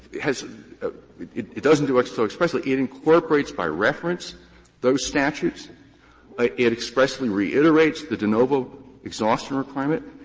has it it doesn't do so expressly it incorporates by reference those statutes ah it expressly reiterates the de novo exhaustion requirement.